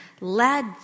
led